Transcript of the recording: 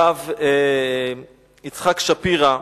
הרב יצחק שפירא,